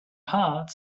hearts